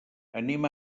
anem